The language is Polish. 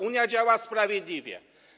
Unia działa sprawiedliwie.